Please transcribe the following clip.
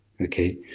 okay